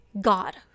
god